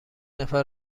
نفر